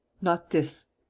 not this.